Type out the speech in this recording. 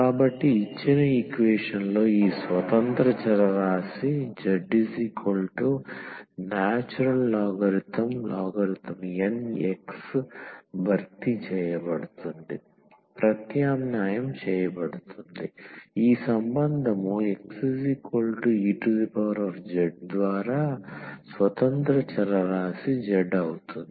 కాబట్టి ఇచ్చిన ఈక్వేషన్ లో ఈ స్వతంత్ర చరరాశి zln x భర్తీ చేయబడుతుంది ప్రత్యామ్నాయం చేయబడుతుంది ఈ సంబంధం xez ద్వారా స్వతంత్ర చరరాశి z అవుతుంది